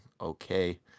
Okay